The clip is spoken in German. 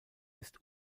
ist